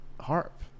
Harp